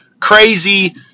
crazy